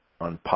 on